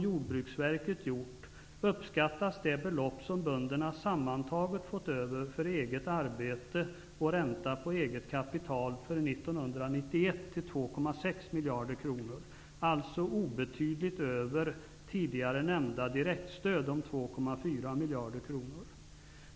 Jordbruksverket gjort uppskattas det belopp som bönderna sammantaget fått över för eget arbete och ränta på eget kapital för 1991 till 2,6 miljarder kronor, alltså obetydligt över tidigare nämnda direktstöd om 2,4 miljarder kronor.